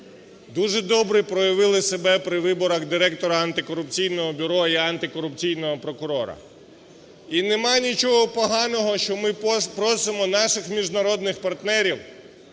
дуже добре проявили себе при виборах директора антикорупційного бюро і антикорупційного прокурора. І немає нічого поганого, що ми просимо наших міжнародних партнерів